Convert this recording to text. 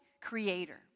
creator